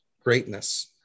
greatness